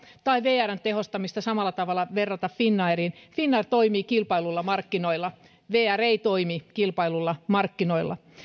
tai vrn tehostamista ei voida samalla tavalla verrata finnairiin finnair toimii kilpailluilla markkinoilla vr ei toimi kilpailluilla markkinoilla